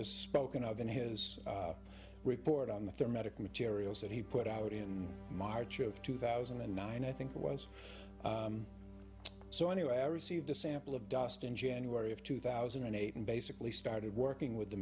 was spoken of in his report on the third metric materials that he put out in march of two thousand and nine i think it was so anyway i received a sample of dust in january of two thousand and eight and basically started working with the